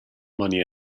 money